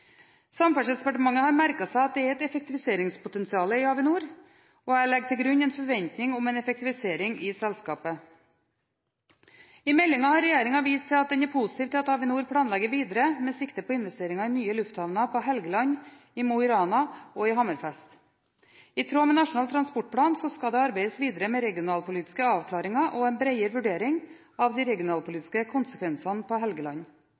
Samferdselsdepartementet har merket seg at det er et effektiviseringspotensial i Avinor, og jeg legger til grunn en forventning om en effektivisering i selskapet. I meldingen har regjeringen vist til at den er positiv til at Avinor planlegger videre med sikte på investeringer i nye lufthavner på Helgeland, i Mo i Rana og i Hammerfest. I tråd med Nasjonal transportplan skal det arbeides videre med regionalpolitiske avklaringer og en bredere vurdering av de regionalpolitiske konsekvensene for Helgeland,